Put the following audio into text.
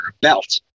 belt